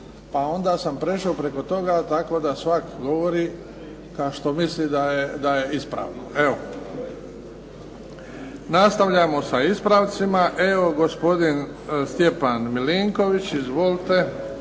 pa onda sam prešao preko toga tako da svak govori što misli da je ispravno. Nastavljamo sa ispravcima. Evo gospodin Stjepan Milinković. Izvolite.